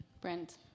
Brent